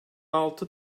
altı